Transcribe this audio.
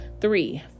Three